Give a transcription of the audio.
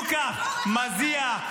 ברור שלא, חבורת הגרופיות.